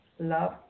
Love